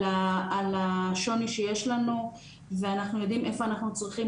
על השוני שיש לנו ואנחנו יודעים איפה אנחנו צריכים